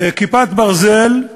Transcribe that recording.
"כיפת ברזל"